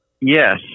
Yes